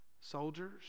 soldiers